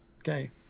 Okay